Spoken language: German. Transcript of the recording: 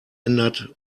ändert